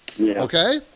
Okay